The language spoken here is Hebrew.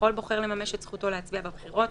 לכל בוחר לממש את זכותו להצביע בבחירות,